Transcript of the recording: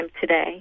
today